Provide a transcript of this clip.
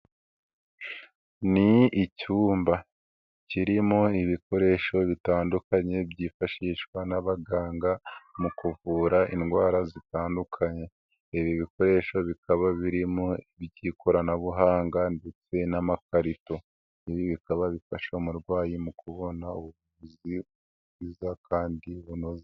Ni icyumba kirimo ibikoresho bitandukanye byifashishwa n'abaganga mu kuvura indwara zitandukanye, ibi bikoresho bikaba birimo iby'ikoranabuhanga ndetse n'amakarito, ibi bikaba bifasha umurwayi mu kubona ubuvuzi bwiza kandi bunoze.